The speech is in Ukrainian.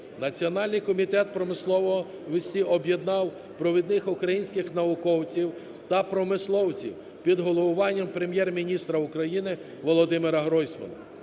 Національний комітет промисловості об'єднав провідних українських науковців та промисловців під головуванням Прем'єр-міністра України Володимира Гройсмана.